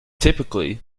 typically